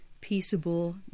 peaceable